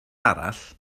arall